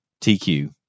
TQ